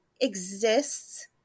exists